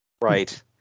Right